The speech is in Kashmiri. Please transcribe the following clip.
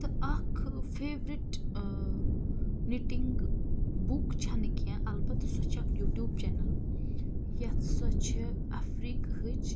تہٕ اَکھ فیورِٹ ٲں نِٹِنٛگ بُک چھَنہٕ کینٛہہ اَلبَتہ سۄ چھِ اَکھ یوٗٹیوٗب چیٚنَل یَتھ سۄ چھِ اَفریٖقاہٕچ